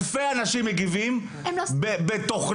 אלפי אנשים מגיבים בתוכנה,